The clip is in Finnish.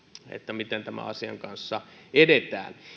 miten tämän asian kanssa edetään